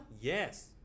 Yes